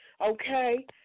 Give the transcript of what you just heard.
okay